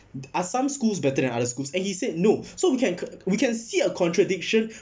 are some schools better than other schools and he said no so we can c~ we can see a contradiction